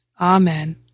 Amen